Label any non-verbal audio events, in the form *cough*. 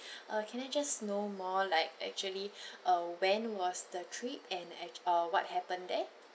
*breath* uh can I just know more like actually *breath* uh when was the trip and act~ uh what happen there